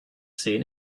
seen